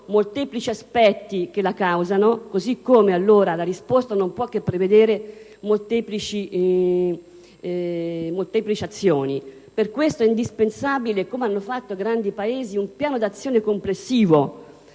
molteplici aspetti che la causano; pertanto la risposta non può che prevedere molteplici azioni. Per questo è indispensabile, come hanno fatto grandi Paesi, un piano di azione complessivo